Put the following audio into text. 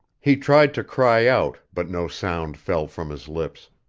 he tried to cry out, but no sound fell from his lips